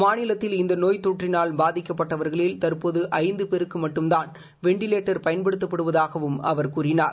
மாநிலத்தில் இந்த நோய் தொற்றினால் பாதிக்கப்பட்டவர்களில் தற்போது ஐந்து பேருக்கு மட்டும்தான் வெண்டிவேட்டர் பயன்படுத்தப்படுவதாகவும் அவர் கூறினார்